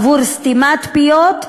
עבור סתימת פיות,